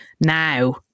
now